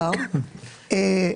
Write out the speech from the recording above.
דבר,